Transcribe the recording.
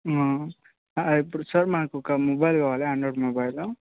ఇప్పుడు సార్ నాకు ఒక మొబైల్ కావాలి యాండ్రాయిడ్ మొబైల్